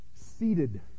seated